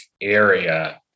area